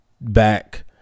back